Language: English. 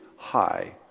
high